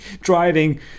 driving